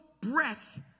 breath